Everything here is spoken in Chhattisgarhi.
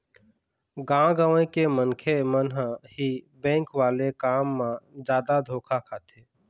गाँव गंवई के मनखे मन ह ही बेंक वाले काम म जादा धोखा खाथे